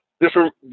Different